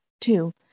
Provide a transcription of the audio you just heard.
Two